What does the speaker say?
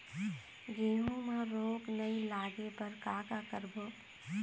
गेहूं म रोग नई लागे बर का का करबो?